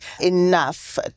enough